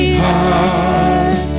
heart